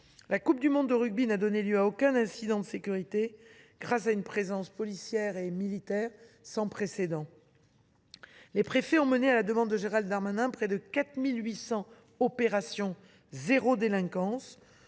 La Coupe du monde de rugby n’a donné lieu à aucun incident de sécurité grâce à une présence policière et militaire sans précédent. Les préfets ont mené, à la demande de Gérald Darmanin, près 4 800 opérations zéro délinquance,